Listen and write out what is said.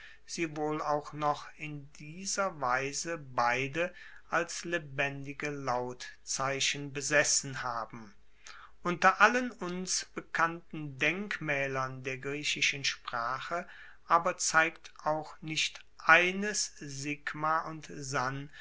sie wohl auch noch in dieser weise beide als lebendige lautzeichen besessen haben unter allen uns bekannten denkmaelern der griechischen sprache aber zeigt auch nicht eines sigma und san